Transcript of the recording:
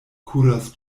kuras